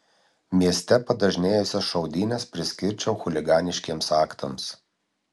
mieste padažnėjusias šaudynes priskirčiau chuliganiškiems aktams